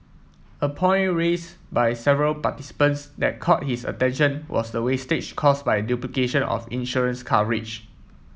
a point raise by several participants that caught his attention was the wastage caused by duplication of insurance coverage